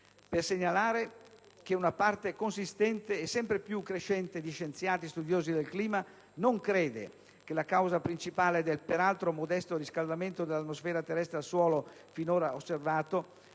anzitutto che una parte consistente e sempre più crescente di scienziati studiosi del clima non crede che la causa principale del peraltro modesto riscaldamento dell'atmosfera terrestre al suolo finora osservato